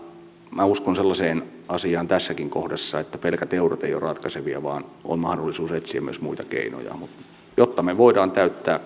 minä uskon tässäkin kohdassa sellaiseen asiaan että pelkät eurot eivät ole ratkaisevia vaan on mahdollisuus etsiä myös muita keinoja mutta jotta me voimme täyttää